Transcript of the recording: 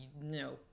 no